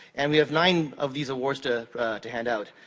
and we have nine of these awards to to hand out.